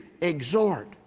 exhort